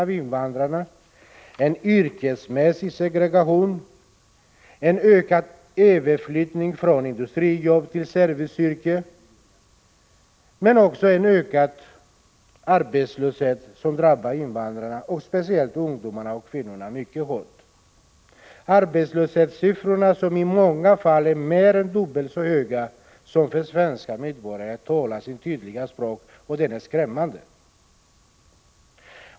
Det är en yrkesmässig segregation, en ökad överflyttning från industrijobb till serviceyrken, men också en ökad arbetslöshet som drabbar invandrarna och speciellt ungdomarna och kvinnorna mycket hårt. Arbetslöshetssiffrorna, som i många fall är mer än dubbelt så höga som för svenska medborgare, talar sitt tydliga språk, och det är skrämmande.